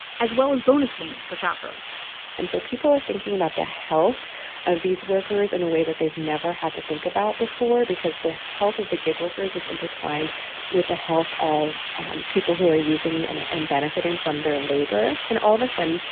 as well as bonus payments for shoppers and so people are thinking about the health of these workers in a way that they've never had to think about before because the health of the gig workers is intertwined with the health of people who are using and and benefiting from their labor. and all of a sudden,